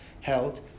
held